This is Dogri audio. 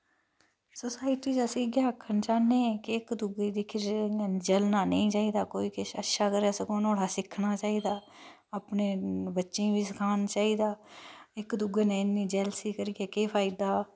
सोसॉईटी च अस इयै आक्खना चह्न्ने आं के इक दूए दिक्खी इ'यां जलना नी चाहिदा कोई किश अच्छा करै सगुआं नुआढ़े शा सिक्खना चाहिदा अपने बच्चें बी सखाना चाहिदा इक दूऐ नै इन्नी जैलसी करियै केह् फायदा